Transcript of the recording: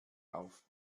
auf